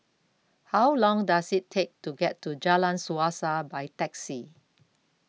How Long Does IT Take to get to Jalan Suasa By Taxi